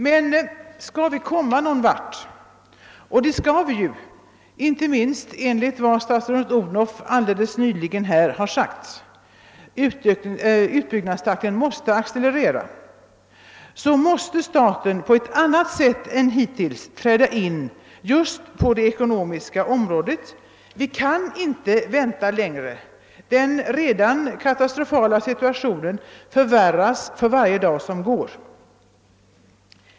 Men skall vi komma någon vart — och det skall vi ju, inte minst enligt vad statsrådet Odhnoff nyligen sagt: utbyggnadstakten måste accelerera — så måste staten på ett annat sätt än hittills träda in just på det ekonomiska området. Vi kan inte vänta längre — den redan katastrofala situationen förvärras för varje dag som går.